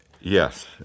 Yes